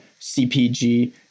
CPG